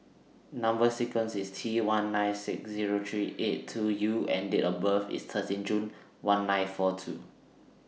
Number sequence IS T one nine six Zero three eight two U and Date of birth IS thirteen June one nine four two